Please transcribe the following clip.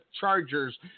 Chargers